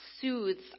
soothes